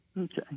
okay